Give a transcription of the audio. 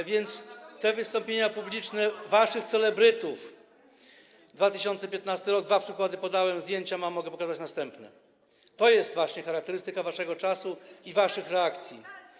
A więc te wystąpienia publiczne waszych celebrytów - z 2015 r. dwa przykłady podałem, zdjęcia jeszcze mam, mogę pokazać następne - to jest właśnie charakterystyka waszego czasu i waszych reakcji.